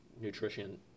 nutrition